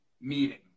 meeting